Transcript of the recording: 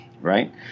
right